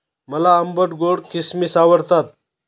मला आंबट गोड किसमिस आवडतात